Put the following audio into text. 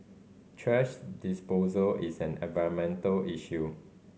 thrash disposal is an environmental issue